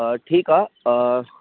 हा ठीकु आहे हा